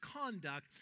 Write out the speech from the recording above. conduct